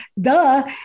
duh